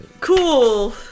cool